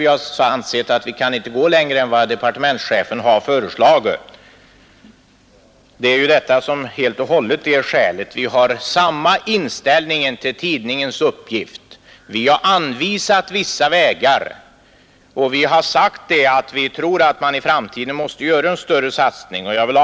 Vi har inte ansett oss kunna gå längre än till vad departementschefen föreslagit, men vi har anvisat vissa vägar och vi har sagt att vi tror att man i framtiden måste göra en större ekonomisk satsning på tidningen.